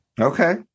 Okay